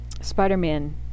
spider-man